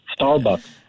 Starbucks